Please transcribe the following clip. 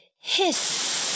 hiss